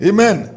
Amen